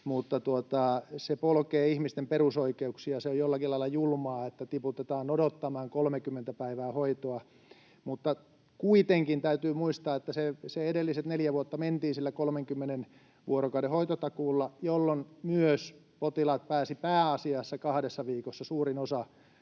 polkee ihmisten perusoikeuksia. Se on jollakin lailla julmaa, että tiputetaan odottamaan 30 päivää hoitoa. Mutta kuitenkin täytyy muistaa, että ne edelliset neljä vuotta mentiin sillä 30 vuorokauden hoitotakuulla, jolloin silloinkin potilaat pääsivät pääasiassa kahdessa viikossa, suurin osa,